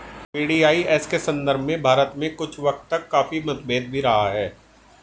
VDIS के संदर्भ में भारत में कुछ वक्त तक काफी मतभेद भी रहा है